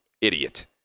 idiot